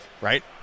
right